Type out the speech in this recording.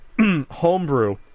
homebrew